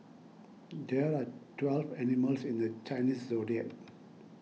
there are twelve animals in the Chinese zodiac